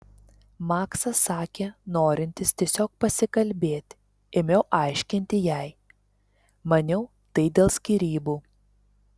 maksas sakė norintis tiesiog pasikalbėti ėmiau aiškinti jai maniau tai dėl skyrybų